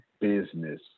business